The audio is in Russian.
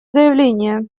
заявление